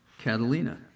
Catalina